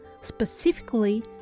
specifically